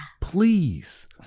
Please